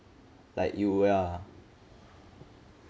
like you ya